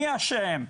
מי אשם,